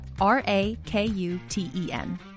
R-A-K-U-T-E-N